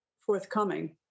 forthcoming